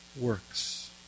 Works